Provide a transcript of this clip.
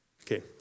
Okay